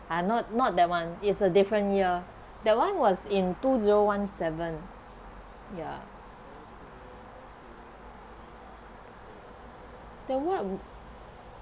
ah not not that one it's a different year that one was in two zero one seven ya then what would